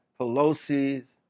Pelosi's